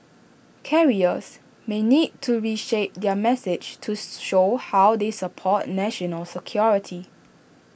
carriers may need to reshape their message to show how they support national security